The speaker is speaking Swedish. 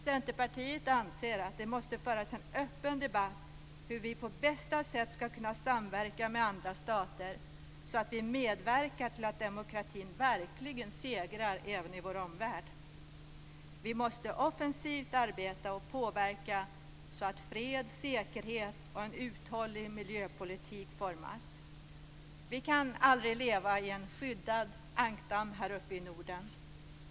Centerpartiet anser att det måste föras en öppen debatt om hur vi på bästa sätt skall kunna samverka med andra stater, så att vi medverkar till att demokratin verkligen segrar även i vår omvärld. Vi måste offensivt arbeta och påverka så att fred, säkerhet och en uthållig miljöpolitik formas. Vi kan aldrig leva i en skyddad ankdamm här uppe i Norden.